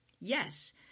Yes